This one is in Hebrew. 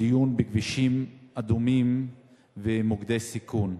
דיון בכבישים אדומים ומוקדי סיכון.